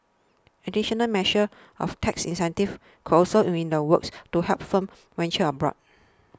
additional measures of tax incentives could also be in the works to help firms venture abroad